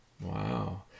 Wow